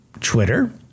Twitter